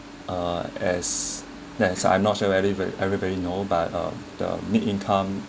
uh as yes I'm not sure very everybody know but um the mid-income